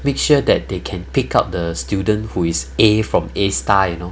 make sure that they can pick out the student who is A from A star you know